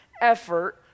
effort